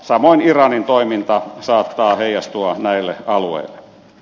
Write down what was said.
samoin iranin toiminta saattaa heijastua näille alueille